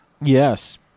Yes